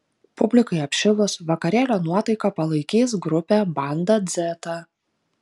publikai apšilus vakarėlio nuotaiką palaikys grupė banda dzeta